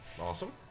Awesome